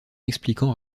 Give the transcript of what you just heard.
expliquant